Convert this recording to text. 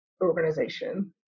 organization